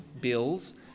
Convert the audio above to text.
bills